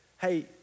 Hey